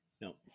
No